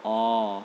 oh